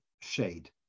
Shade